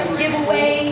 giveaway